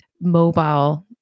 mobile